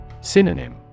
Synonym